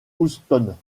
houston